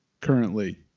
currently